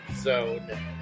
zone